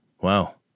Wow